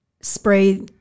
spray